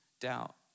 doubt